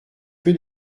que